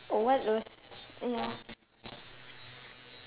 oh what was yeah